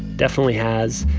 definitely has,